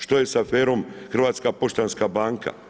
Šta je sa aferom Hrvatska poštanska banka?